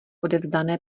odevzdané